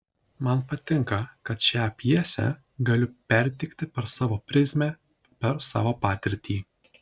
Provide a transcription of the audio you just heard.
man patinka kad šią pjesę galiu perteikti per savo prizmę per savo patirtį